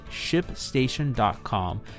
ShipStation.com